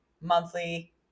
monthly